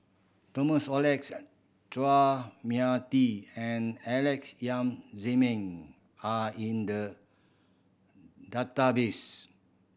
Thomas Oxley and Chua Mia Tee and Alex Yam Ziming are in the database